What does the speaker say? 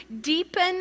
deepen